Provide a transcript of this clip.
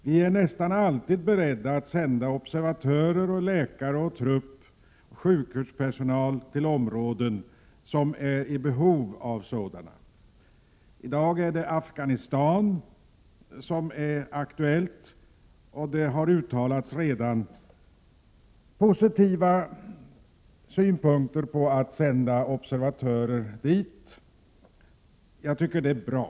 Vi är nästan alltid beredda att sända observatörer, trupp, läkare och sjukhuspersonal till områden som är i behov av sådana. I dag är det Afghanistan som är aktuellt, och det har redan uttalats positiva synpunkter på att sända observatörer dit. Det tycker jag är bra.